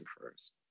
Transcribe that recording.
first